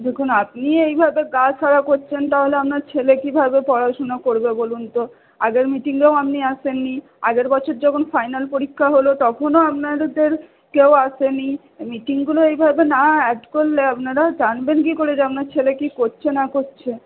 দেখুন আপনি এইভাবে গা ছাড়া করছেন তাহলে আপনার ছেলে কিভাবে পড়াশোনা করবে বলুন তো আগের মিটিংয়েও আপনি আসেননি আগের বছর যখন ফাইনাল পরীক্ষা হল তখনও আপনাদের কেউ আসেনি মিটিংগুলো এইভাবে না অ্যাড করলে আপনারা জানবেন কি করে যে আপনার ছেলে কি করছে না করছে